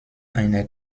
einer